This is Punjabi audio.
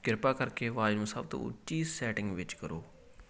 ਕਿਰਪਾ ਕਰਕੇ ਆਵਾਜ਼ ਨੂੰ ਸਭ ਤੋਂ ਉੱਚੀ ਸੈਟਿੰਗ ਵਿੱਚ ਕਰੋ